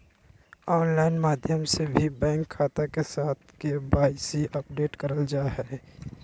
online माध्यम से भी बैंक खाता के साथ के.वाई.सी अपडेट करल जा हय